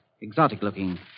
exotic-looking